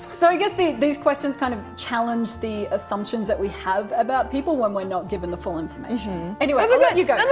so i guess these questions kind of challenge the assumptions that we have about people when we're not given the full information. anyway, i'll let you go.